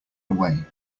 away